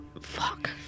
fuck